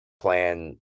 plan